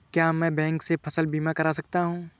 क्या मैं बैंक से फसल बीमा करा सकता हूँ?